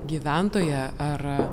gyventoją ar